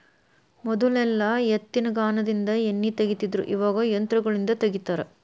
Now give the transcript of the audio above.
ಮೊದಲೆಲ್ಲಾ ಎತ್ತಿನಗಾನದಿಂದ ಎಣ್ಣಿ ತಗಿತಿದ್ರು ಇವಾಗ ಯಂತ್ರಗಳಿಂದ ತಗಿತಾರ